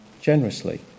generously